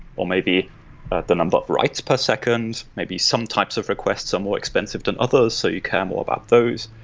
or maybe the number of writes per second, maybe some types of requests are more expensive than others, so you care more about those.